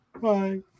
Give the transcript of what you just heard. Bye